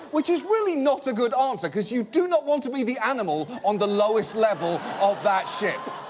which is really not a good answer, cause you do not want to be the animal on the lowest level of that ship.